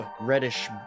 Reddish